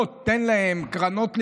נותן להם קרנות למיניהן.